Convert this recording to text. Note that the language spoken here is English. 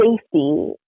safety